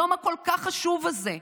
היום הכל-כך חשוב הזה,